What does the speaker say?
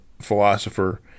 philosopher